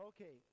Okay